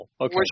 okay